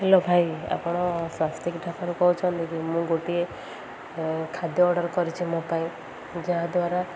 hello ଭାଇ ଆପଣ ସ୍ୱାସ୍ତିକ ଢାବାରୁ କହୁଛନ୍ତି କି ମୁଁ ଗୋଟିଏ ଖାଦ୍ୟ ଅର୍ଡ଼ର କରିଛି ମୋ ପାଇଁ ଯାହାଦ୍ୱାରା